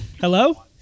Hello